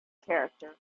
character